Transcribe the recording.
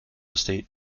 estate